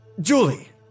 Julie